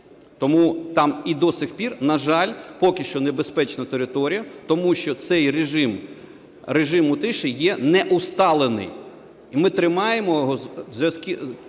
Тому там і до сих пір, на жаль, поки що небезпечна територія. Тому що цей режим режиму тиші є неусталений. І ми тримаємо його тільки